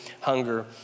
hunger